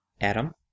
Adam